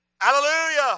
Hallelujah